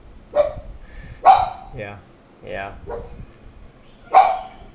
ya ya